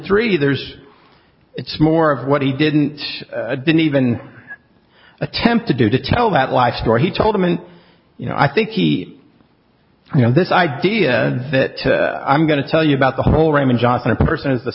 three there's it's more of what he didn't didn't even attempt to do to tell that life story he told him and you know i think he you know this idea that i'm going to tell you about the whole raymond johnson a person is the